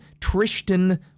Tristan